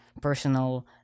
personal